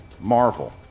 Marvel